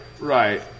right